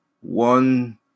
one